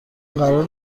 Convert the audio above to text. قرار